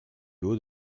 haut